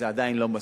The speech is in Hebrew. זה עדיין לא מספיק.